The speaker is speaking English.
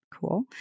cool